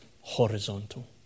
horizontal